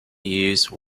use